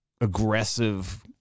aggressive